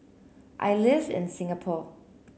I live in Singapore